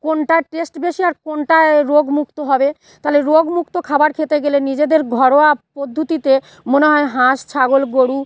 কোনটার টেস্ট বেশি আর কোনটায় রোগ মুক্ত হবে তাহলে রোগ মুক্ত খাবার খেতে গেলে নিজেদের ঘরোয়া পদ্ধতিতে মনে হয় হাঁস ছাগল গরু